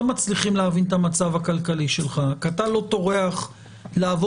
מצליחים להבין את המצב הכלכלי שלך כי אתה לא טורח לעבוד